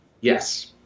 Yes